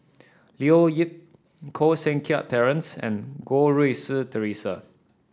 Leo Yip Koh Seng Kiat Terence and Goh Rui Si Theresa